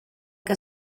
que